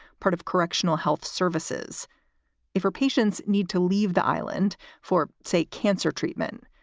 part of correctional health services for patients need to leave the island for, say, cancer treatment.